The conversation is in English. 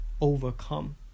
overcome